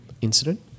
incident